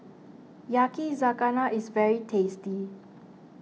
Yakizakana is very tasty